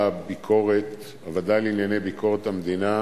הביקורת יודעת לעשות את עבודת החפירה,